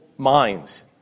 minds